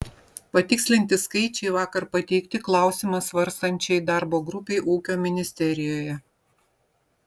patikslinti skaičiai vakar pateikti klausimą svarstančiai darbo grupei ūkio ministerijoje